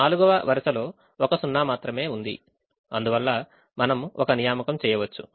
4వ వరుసలో ఒక సున్నా మాత్రమే ఉంది అందువల్ల మనం ఒక నియామకం చేయవచ్చు